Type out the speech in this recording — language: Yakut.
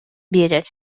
биэрэр